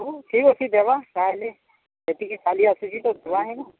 ହଉ ଠିକ୍ ଅଛି ଦେବା ତା'ହେଲେ ଯେତିକି ଚାଲି ଆସୁଛି ତ ଧୁଆ ହେଇନି